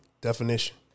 definition